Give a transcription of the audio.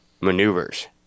maneuvers